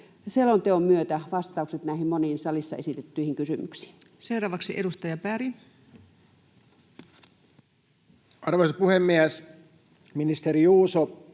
selonteon myötä vastaukset näihin moniin salissa esitettyihin kysymyksiin? Seuraavaksi edustaja Berg. Arvoisa puhemies! Ministeri Juuso,